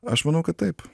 aš manau kad taip